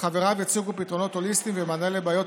וחבריו יציגו פתרונות הוליסטיים ומענה לבעיות